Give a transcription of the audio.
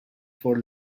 for